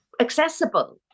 accessible